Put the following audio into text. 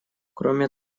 кроме